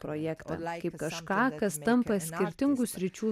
projektą kaip kažką kas tampa skirtingų sričių